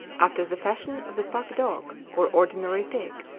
after the fashion of the pug dog or ordinary pig.